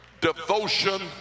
devotion